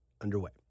underway